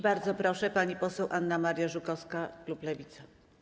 Bardzo proszę, pani poseł Anna Maria Żukowska, klub Lewicy.